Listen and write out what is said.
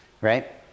right